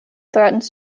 threatens